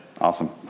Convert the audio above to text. Awesome